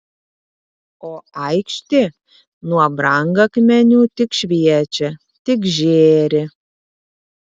o aikštė nuo brangakmenių tik šviečia tik žėri